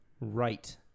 right